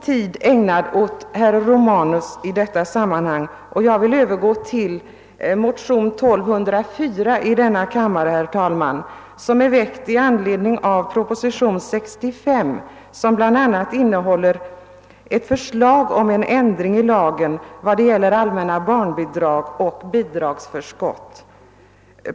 Jag vill, herr talman, övergå till att beröra motion II: 1204 1 denna kammare. Den är väckt i anledning av proposition nr 65, som bl a, avser en ändring i lagen om allmänna barnbidrag och i lagen om bidragsförskott.